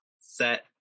Set